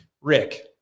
Rick